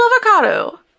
avocado